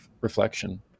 reflection